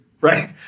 right